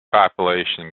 population